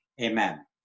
Amen